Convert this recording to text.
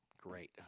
Great